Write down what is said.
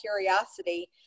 curiosity